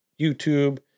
youtube